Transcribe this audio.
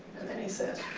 and then he says,